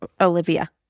Olivia